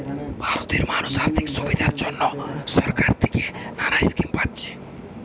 ভারতের মানুষ আর্থিক সুবিধার জন্যে সরকার থিকে নানা স্কিম পাচ্ছে